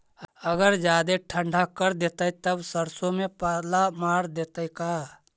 अगर जादे ठंडा कर देतै तब सरसों में पाला मार देतै का?